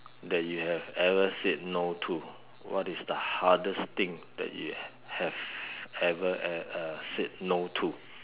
that you have ever said no to what is the hardest thing that you have ever uh said no to